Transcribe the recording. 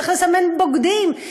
צריך לסמן בוגדים,